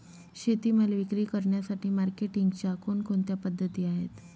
शेतीमाल विक्री करण्यासाठी मार्केटिंगच्या कोणकोणत्या पद्धती आहेत?